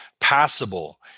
passable